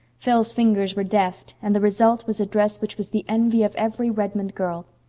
phil's fingers were deft, and the result was a dress which was the envy of every redmond girl.